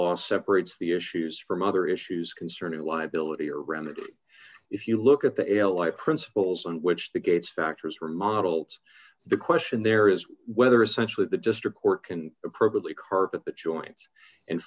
law separates the issues from other issues concerning liability or remedy if you look at the l i principles on which the gates factors are models the question there is whether essentially the district court can appropriately carpet the joints and